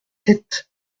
sept